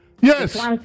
Yes